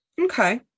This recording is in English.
Okay